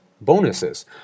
bonuses